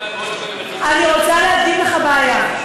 אני רוצה להדגים לך בעיה,